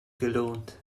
gelohnt